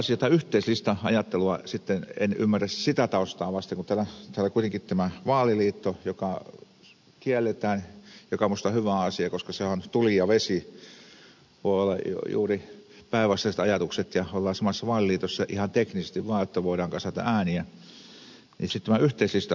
sitten yhteislista ajattelua en ymmärrä sitä taustaa vasten kun täällä kuitenkin vaaliliitto kielletään mikä minusta on hyvä asia koska sehän on tuli ja vesi voi olla juuri päinvastaiset ajatukset ja ollaan samassa vaaliliitossa ihan teknisesti vaan jotta voidaan kasata ääniä